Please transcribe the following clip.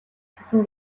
чадна